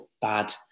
bad